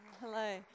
Hello